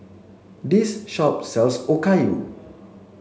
this shop sells Okayu